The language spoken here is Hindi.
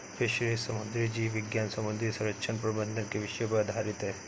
फिशरीज समुद्री जीव विज्ञान समुद्री संरक्षण प्रबंधन के विषयों पर आधारित है